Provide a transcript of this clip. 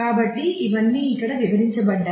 కాబట్టి ఇవన్నీ ఇక్కడ వివరించబడ్డాయి